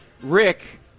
Rick